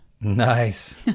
Nice